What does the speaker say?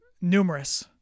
numerous